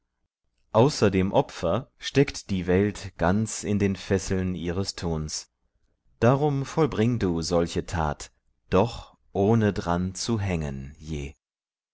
außer dem opfer steckt die welt ganz in den fesseln ihres tuns darum vollbring du solche tat doch ohne dran zu hängen je